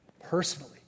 personally